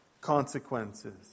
consequences